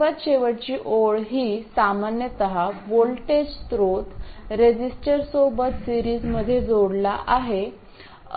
सर्वात शेवटची ओळ ही सामान्यत व्होल्टेज स्त्रोत रिझिस्टर सोबत सिरीजमध्ये जोडला आहे